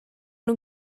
nhw